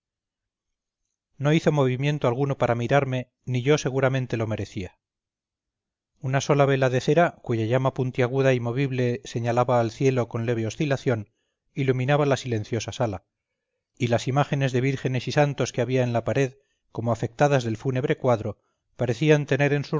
no hizo movimiento alguno para mirarme ni yo seguramente lo merecía una sola vela de cera cuya llama puntiaguda y movible señalaba al cielo con leve oscilación iluminaba la silenciosa sala y las imágenes de vírgenes y santos que había en la pared como afectadas del fúnebre cuadro parecían tener en